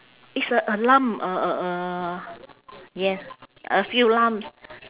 it's a a lump a a a ye~ a few lumps